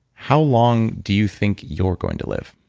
how long do you think you're going to live